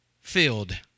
Filled